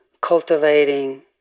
cultivating